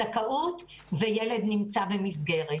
זכאות וילד שנמצא במסגרת.